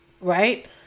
right